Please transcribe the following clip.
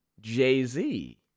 Jay-Z